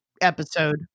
episode